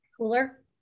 cooler